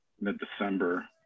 mid-December